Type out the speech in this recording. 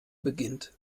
beginnt